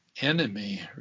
enemy